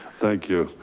thank you.